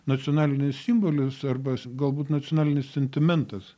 nacionalinis simbolis arba galbūt nacionalinis sentimentas